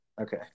Okay